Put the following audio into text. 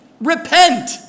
Repent